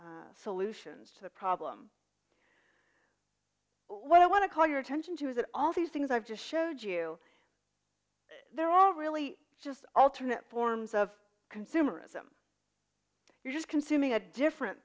solutions to the problem what i want to call your attention to is that all these things i just showed you they're all really just alternate forms of consumerism you're just consuming a different